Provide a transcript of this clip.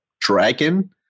dragon